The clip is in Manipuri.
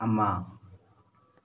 ꯑꯃ